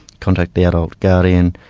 contacted the adult guardian,